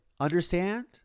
Understand